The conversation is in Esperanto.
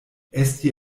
esti